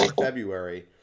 February